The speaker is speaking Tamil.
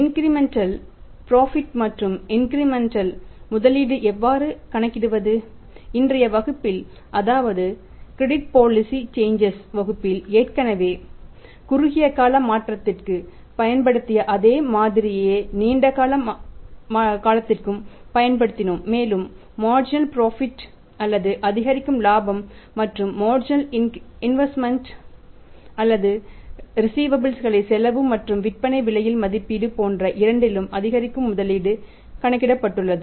இன்கிரிமெண்டல் புரோஃபிட் களை செலவு மற்றும் விற்பனை விலை மதிப்பீடு போன்ற இரண்டிலும் அதிகரிக்கும் முதலீடு கணக்கிடப்பட்டது